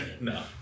No